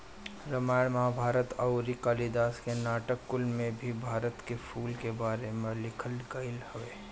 रामायण महाभारत अउरी कालिदास के नाटक कुल में भी भारत के फूल के बारे में लिखल गईल हवे